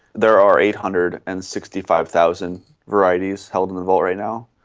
there are eight hundred and sixty five thousand varieties held in the vault right now.